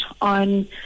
on